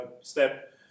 step